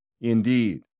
Indeed